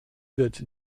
wird